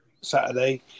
Saturday